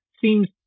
seems